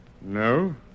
No